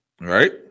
Right